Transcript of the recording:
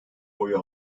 oyu